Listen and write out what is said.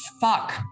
fuck